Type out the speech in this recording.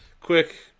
Quick